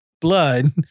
blood